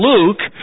Luke